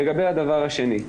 לגבי הדבר השני,